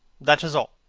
that is all.